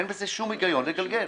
אין בזה שום היגיון לגלגל.